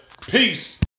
Peace